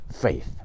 faith